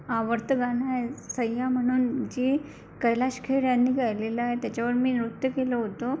आवडतं गाणं आहे सैया म्हणून जी कैलाश खेर यांनी गालेलं आहे त्याच्यावर मी नृत्य केलं होतं